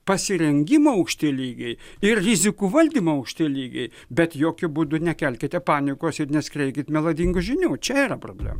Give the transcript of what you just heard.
pasirengimo aukšti lygiai ir rizikų valdymo aukšti lygiai bet jokiu būdu nekelkite panikos ir neskleikit melagingų žinių čia yra problema